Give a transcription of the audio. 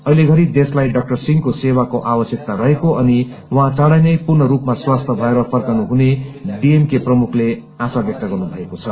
अहिले घरि देशलाई डा सिंहको सेवाको आवश्यकता रहेको अनि उहाँ चाँडै नै पूर्ण रूपमा स्वस्थ्य भएर फर्कनुहुने डीएमके प्रमुखले आशा व्यक्त गर्नुभएको छ